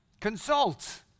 consult